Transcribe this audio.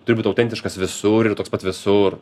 turi būt autentiškas visur ir toks pat visur